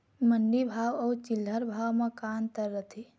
मंडी भाव अउ चिल्हर भाव म का अंतर रथे?